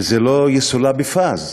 וזה לא יסולא בפז.